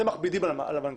אתם מכבידים על המנגנון.